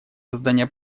создания